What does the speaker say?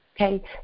okay